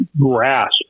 grasp